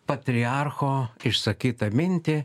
patriarcho išsakytą mintį